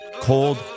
cold